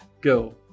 Go